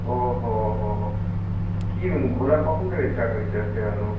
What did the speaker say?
ও হো হো কী ঘোলা কখন থেকে স্টার্ট হয়েছে বেরোনো